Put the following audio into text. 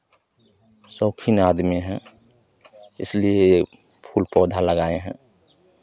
शौकीन आदमी हैं इसलिए फूल पौधा लगाएँ हैं